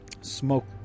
Smoke